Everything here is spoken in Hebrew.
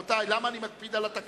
רבותי, למה אני מקפיד על התקנון?